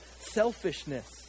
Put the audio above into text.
selfishness